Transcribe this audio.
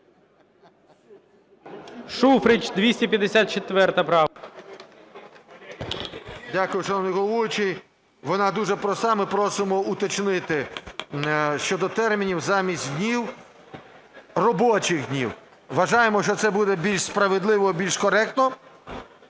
ШУФРИЧ Н.І. Дякую, шановний головуючий. Вона дуже проста. Ми просимо уточнити щодо термінів замість днів, робочих днів. Вважаємо, що це буде більш справедливо, більш коректно.